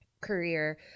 career